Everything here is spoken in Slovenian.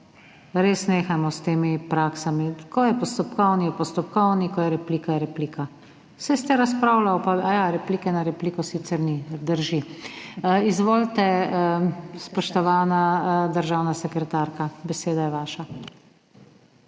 res nehajmo s temi praksami. Ko je postopkovni, je postopkovni, ko je replika, je replika. Saj ste razpravljali pa – aja, replike na repliko sicer ni, drži. Izvolite, spoštovana državna sekretarka, beseda je vaša.